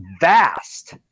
vast